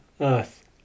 Earth